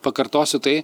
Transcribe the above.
pakartosiu tai